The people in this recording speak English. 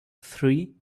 three